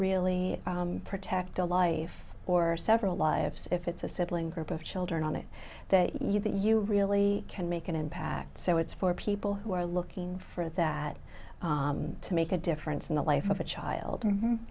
really protect a life or several lives if it's a sibling group of children on it that you that you really can make an impact so it's for people who are looking for that to make a difference in the life of a child